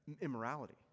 immorality